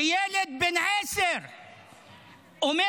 לילד בן עשר כשהייתה עורכת דין.